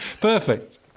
perfect